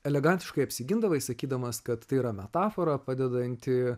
elegantiškai apsigindavau sakydamas kad tai yra metafora padedanti